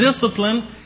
discipline